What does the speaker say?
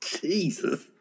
Jesus